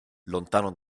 lontano